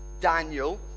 Daniel